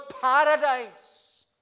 paradise